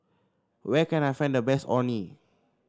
where can I find the best Orh Nee